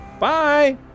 bye